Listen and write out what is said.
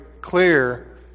clear